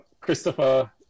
Christopher